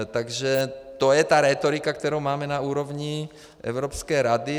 Takže to je ta rétorika, kterou máme na úrovni Evropské rady.